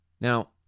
Now